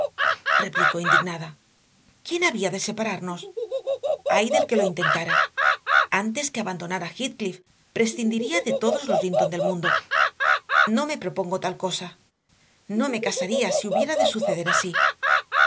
replicó indignada quién había de separarnos ay del que lo intentara antes que abandonar a heathcliff prescindiría de todos los linton del mundo no me propongo tal cosa no me casaría si hubiera de suceder así